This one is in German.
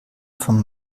von